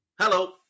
Hello